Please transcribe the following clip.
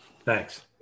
Thanks